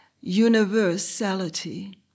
universality